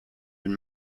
and